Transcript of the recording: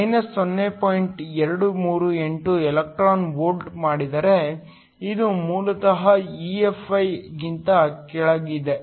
238 electron volt ಮಾಡಿದರೆ ಇದು ಮೂಲತಃ ಗಿಂತ ಕೆಳಗಿದೆ